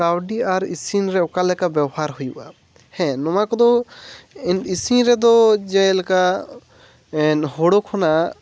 ᱠᱟᱹᱣᱰᱤ ᱟᱨ ᱤᱥᱤᱱ ᱨᱮ ᱚᱠᱟ ᱞᱮᱠᱟ ᱵᱮᱣᱦᱟᱨ ᱦᱩᱭᱩᱜᱼᱟ ᱦᱮᱸ ᱱᱚᱣᱟ ᱠᱚᱫᱚ ᱤᱥᱤᱱ ᱨᱮᱫᱚ ᱡᱮᱞᱮᱠᱟ ᱦᱳᱲᱳ ᱠᱷᱚᱱᱟᱜ